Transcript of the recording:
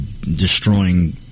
destroying